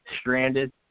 stranded